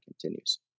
continues